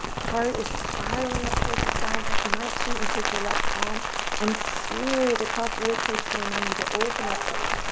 heart is spiraling up towards the sky. in fact, you might cheat and take your left palm and smear it across your ribcage to remind you to open up here.